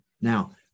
Now